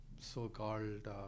so-called